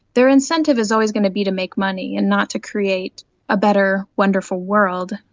their incentive is always going to be to make money and not to create a better, wonderful world.